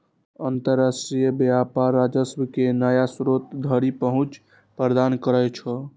अंतरराष्ट्रीय व्यापार राजस्व के नया स्रोत धरि पहुंच प्रदान करै छै